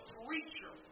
preacher